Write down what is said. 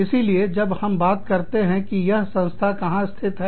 इसीलिए जब हम बात करते हैं कि यह संस्था कहां स्थित है